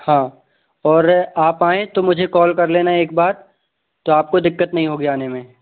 हाँ और आप आए तो मुझे कॉल कर लेना एकबार तो आपको दिक्कत नहीं होगी आने में